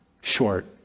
Short